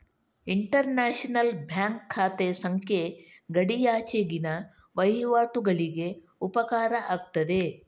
inter national bank ಖಾತೆ ಸಂಖ್ಯೆ ಗಡಿಯಾಚೆಗಿನ ವಹಿವಾಟುಗಳಿಗೆ ಉಪಕಾರ ಆಗ್ತದೆ